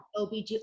obg